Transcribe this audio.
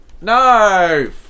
No